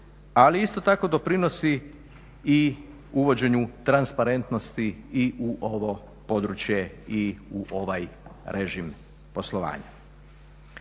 Ali isto tako doprinosi i uvođenju transparentnosti i u ovo područje i u ovaj režim poslovanja.